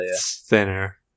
Thinner